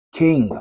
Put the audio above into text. king